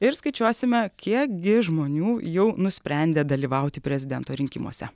ir skaičiuosime kiek gi žmonių jau nusprendė dalyvauti prezidento rinkimuose